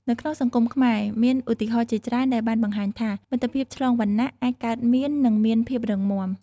នៅក្នុងសង្គមខ្មែរមានឧទាហរណ៍ជាច្រើនដែលបានបង្ហាញថា មិត្តភាពឆ្លងវណ្ណៈអាចកើតមាននិងមានភាពរឹងមាំ។